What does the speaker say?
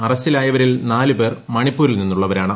അറസ്റ്റിലായവരിൽ നാല് പേർ മണിപ്പൂരിൽ ്നിന്നുള്ളവരാണ്